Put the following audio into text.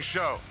Show